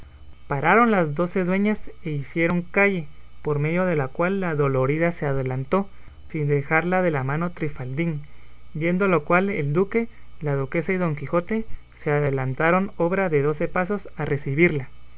pararon las doce dueñas y hicieron calle por medio de la cual la dolorida se adelantó sin dejarla de la mano trifaldín viendo lo cual el duque la duquesa y don quijote se adelantaron obra de doce pasos a recebirla